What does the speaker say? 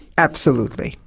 absolutely.